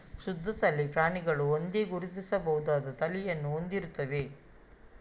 ಶುದ್ಧ ತಳಿ ಪ್ರಾಣಿಗಳು ಒಂದೇ, ಗುರುತಿಸಬಹುದಾದ ತಳಿಯನ್ನು ಹೊಂದಿರುತ್ತವೆ